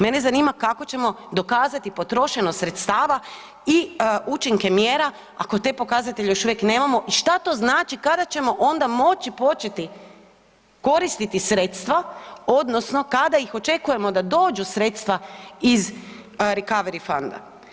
Mene zanima kako ćemo dokazati potrošenost sredstava i učinke mjera ako te pokazatelje još uvijek nemamo i šta to znači kada ćemo onda moći početi koristiti sredstva odnosno kada ih očekujemo da dođu sredstva iz Recovery fonda?